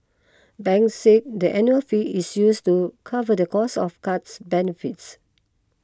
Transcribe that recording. banks said the annual fee is used to cover the cost of cards benefits